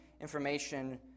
information